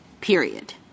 period